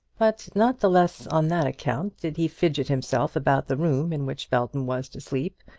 but not the less on that account did he fidget himself about the room in which belton was to sleep,